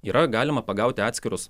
yra galima pagauti atskirus